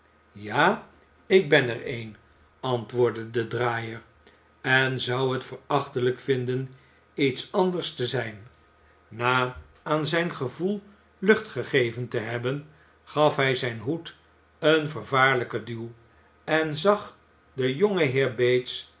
ja ik ben er een antwoordde de draaier en zou t verachtelijk vinden iets anders te j zijn na aan zijn gevoel lucht gegeven te heb ben gaf hij zijn hoed een vervaarlijken duw j en zag den jongenheer bates